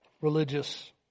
religious